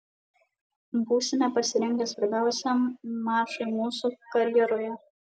būsime pasirengę svarbiausiam mačui mūsų karjeroje